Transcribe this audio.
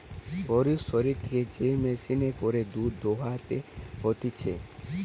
গরুর শরীর থেকে যে মেশিনে করে দুধ দোহানো হতিছে